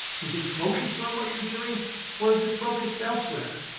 is it focused on what you're doing or is it focused elsewhere?